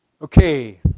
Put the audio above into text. Okay